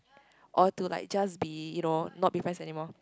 or to like just be you know not be friends anymore